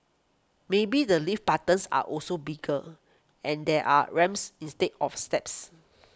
maybe the lift buttons are also bigger and there are ramps instead of steps